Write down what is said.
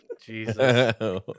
Jesus